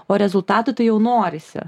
o rezultatų tai jau norisi